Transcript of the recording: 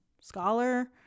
scholar